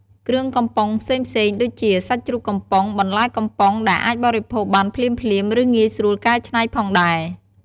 គ្រឿងកំប៉ុងផ្សេងៗ ដូចជា សាច់ជ្រូកកំប៉ុង បន្លែកំប៉ុង ដែលអាចបរិភោគបានភ្លាមៗ ឬងាយស្រួលកែច្នៃផងដែរ។